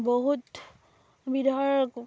বহুত সুবিধাৰ